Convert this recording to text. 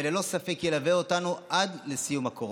וללא ספק ילווה אותנו עד לסיום הקורונה,